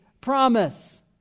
promise